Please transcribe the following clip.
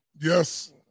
Yes